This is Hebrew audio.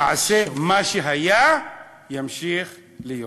במעשה, מה שהיה ימשיך להיות.